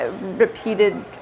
repeated